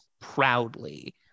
proudly